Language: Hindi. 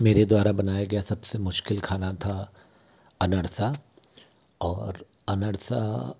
मेरे द्वारा बनाया गया सब से मुश्किल खाना था अनर्सा और अनर्सा